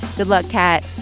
good luck, kat.